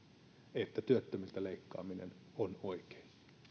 että työttömiltä leikkaaminen on oikein